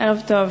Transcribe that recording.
ערב טוב.